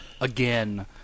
again